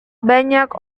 banyak